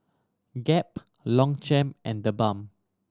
Gap Longchamp and TheBalm